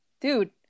Dude